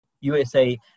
USA